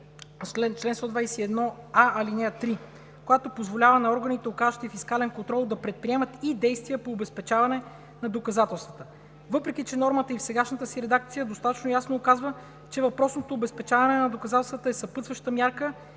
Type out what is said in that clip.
чл. 121а, ал. 3, която позволява на органите, оказващи фискален контрол, да предприемат и действия по обезпечаване на доказателствата. Въпреки че нормата и в сегашната си редакция достатъчно ясно оказва, че въпросното обезпечаване на доказателствата е съпътстваща мярка